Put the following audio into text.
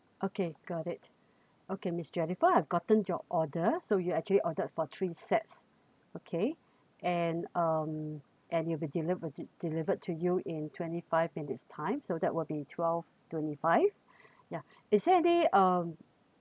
okay got it okay miss jennifer I've gotten your order so you actually ordered for three sets okay and um and it'll be deliver delivered to you in twenty five minutes time so that will be twelve twenty five yeah is there any um